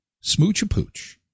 Smooch-a-Pooch